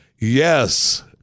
Yes